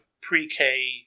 pre-K